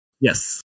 Yes